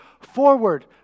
forward